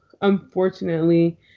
unfortunately